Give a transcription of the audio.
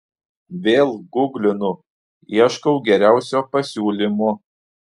vėl guglinu ieškau geriausio pasiūlymo